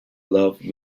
love